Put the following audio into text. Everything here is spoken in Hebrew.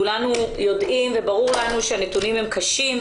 כולנו יודעים וברור לנו שהנתונים הם קשים,